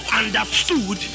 understood